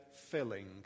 filling